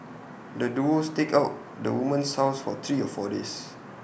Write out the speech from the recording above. the duo staked out the woman's house for three or four days